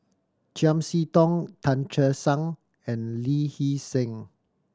Chiam See Tong Tan Che Sang and Lee Hee Seng